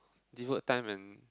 devote time and